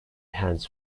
hands